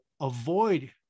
avoid